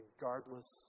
regardless